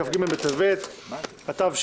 כ"ג בטבת התשפ"א,